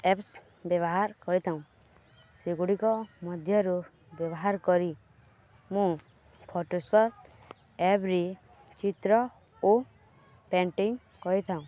apps ବ୍ୟବହାର କରିଥାଉ ସେଗୁଡ଼ିକ ମଧ୍ୟରୁ ବ୍ୟବହାର କରି ମୁଁ ଫଟୋସପ୍ ଆପ୍ରେ ଚିତ୍ର ଓ ପେଣ୍ଟିଂ କରିଥାଉ